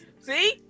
see